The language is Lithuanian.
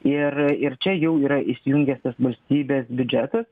ir čia jau yra įsijungęs valstybės biudžetas